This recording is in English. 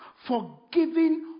Forgiving